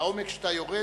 שאתה יורד,